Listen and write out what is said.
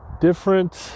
different